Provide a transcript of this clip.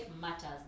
matters